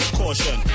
caution